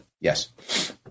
Yes